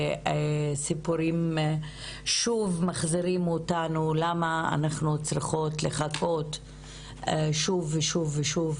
וסיפורים שוב מחזירים אותנו ללמה אנחנו צריכות לחכות שוב ושוב ושוב,